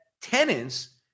tenants